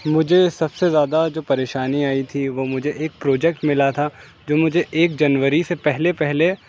مجھے سب سے زیادہ جو پریشانی آئی تھی وہ مجھے ایک پروجکٹ ملا تھا جو مجھے ایک جنوری سے پہلے پہلے